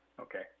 okay